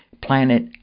planet